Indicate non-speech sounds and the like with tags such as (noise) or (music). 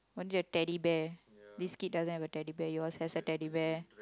want your Teddy Bear (noise) this kid doesn't have a Teddy Bear yours has a Teddy Bear